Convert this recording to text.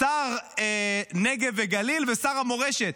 שר הנגב והגליל ושר המורשת.